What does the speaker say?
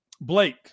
Blake